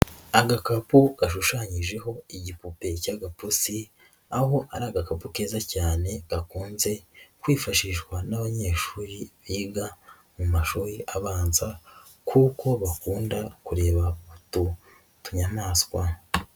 Agakapu gashushanyijeho igipope cy'agapusi aho ari agakapu keza cyane gakunze kwifashishwa n'abanyeshuri biga mu mashuri abanza kuko bakunda kureba utu tuyamaswa.